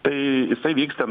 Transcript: tai isai vyks ten